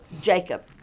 Jacob